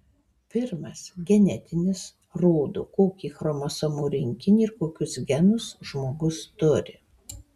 pirmas genetinis rodo kokį chromosomų rinkinį ir kokius genus žmogus turi